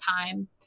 time